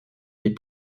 les